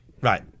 right